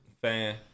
fan